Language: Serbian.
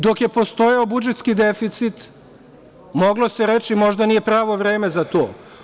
Dok je postojao budžetski deficit, moglo se reći - možda nije pravo vreme za to.